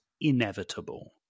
inevitable